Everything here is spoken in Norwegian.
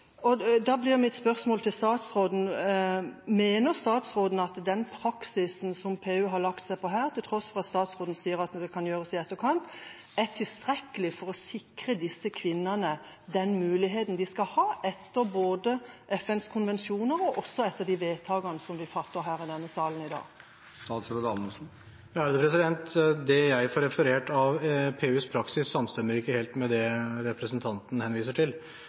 menneskehandel. Da blir mitt spørsmål til statsråden: Mener statsråden at den praksisen som PU har lagt seg på her, til tross for at statsråden sier at det kan gjøres i etterkant, er tilstrekkelig for å sikre disse kvinnene den muligheten de skal ha etter både FNs konvensjoner og etter de vedtakene vi fatter her i denne salen i dag? Det jeg får referert av PUs praksis, samstemmer ikke helt med det representanten henviser til.